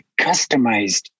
customized